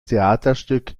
theaterstück